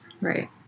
Right